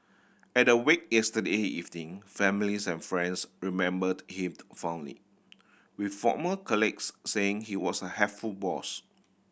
at the wake yesterday evening families and friends remembered him fondly with former colleagues saying he was a helpful boss